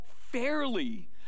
fairly